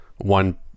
one